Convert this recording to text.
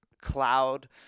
cloud